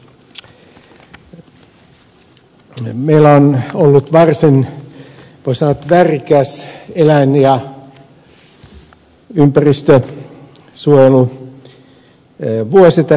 meillä on ollut varsin voi sanoa värikäs eläin ja ympäristönsuojeluvuosi tässä takana